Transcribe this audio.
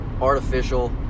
artificial